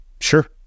Sure